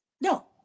No